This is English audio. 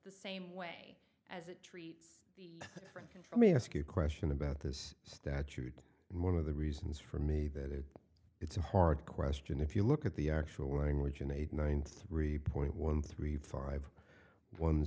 the same way as a treatment can for me ask you a question about this statute and one of the reasons for me that it's a hard question if you look at the actual language and eight nine three point one three five one